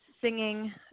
singing